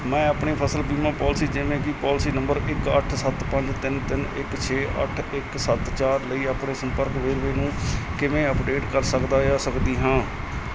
ਮੈਂ ਆਪਣੀ ਫਸਲ ਬੀਮਾ ਪਾਲਿਸੀ ਜਿਵੇਂ ਕਿ ਪਾਲਿਸੀ ਨੰਬਰ ਇੱਕ ਅੱਠ ਸੱਤ ਪੰਜ ਤਿੰਨ ਤਿੰਨ ਇੱਕ ਛੇ ਅੱਠ ਇੱਕ ਸੱਤ ਚਾਰ ਲਈ ਆਪਣੇ ਸੰਪਰਕ ਵੇਰਵੇ ਨੂੰ ਕਿਵੇਂ ਅੱਪਡੇਟ ਕਰ ਸਕਦਾ ਜਾਂ ਸਕਦੀ ਹਾਂ